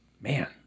man